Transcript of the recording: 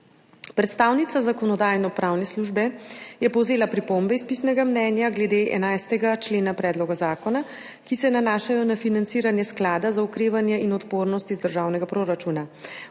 Predstavnica Zakonodajno-pravne službe je povzela pripombe iz pisnega mnenja glede 11. člena predloga zakona, ki se nanašajo na financiranje Sklada za okrevanje in odpornost iz državnega proračuna.